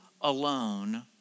alone